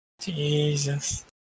Jesus